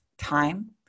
time